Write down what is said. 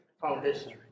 foundation